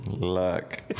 Luck